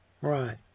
right